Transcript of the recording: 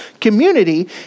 community